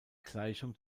gleichung